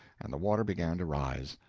and the water began to rise.